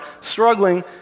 struggling